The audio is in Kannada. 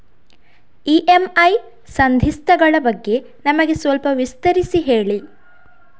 ಇ.ಎಂ.ಐ ಸಂಧಿಸ್ತ ಗಳ ಬಗ್ಗೆ ನಮಗೆ ಸ್ವಲ್ಪ ವಿಸ್ತರಿಸಿ ಹೇಳಿ